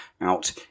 out